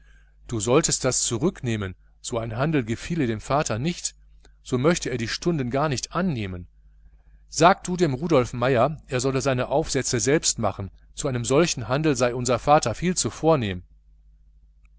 du solltest das zurücknehmen so eine handelsschaft gefiele dem vater nicht so möchte er die stunden gar nicht annehmen sag du dem rudolf meier er soll seine aufsätze selbst machen zu solch einem handel sei unser vater viel zu